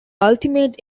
ultimate